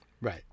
Right